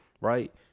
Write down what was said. right